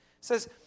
says